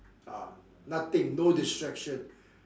ah nothing no distraction